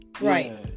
Right